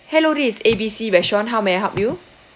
hello this is A_B_C restaurant how may I help you